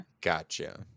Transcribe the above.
gotcha